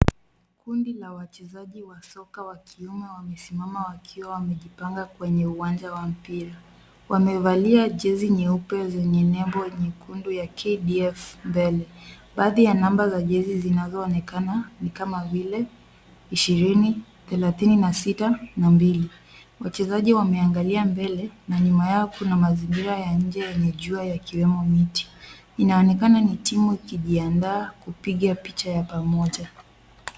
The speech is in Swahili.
Kundi la wachezaji wa soka wakiume wamesimama wakiwa wamejipanga kwenye uwanja wa mpira. Wamevalia jezi nyeupe zenye nembo nyekundu ya KDF mbele. Baadhi ya namba za jezi zinazoonekana ni kama vile ishirini, thelathini na sita na mbili. Wachezaji wameangalia mbele na nyuma yao kuna mazingira ya nje yenye jua yakiwemo miti. Inaonekana ni timu ikijiandaa kupiga picha ya pamoja.